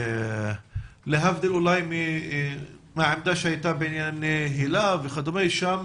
להבדיל אולי מהעמדה שהייתה בעניין מהיל"ה, ששם